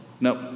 nope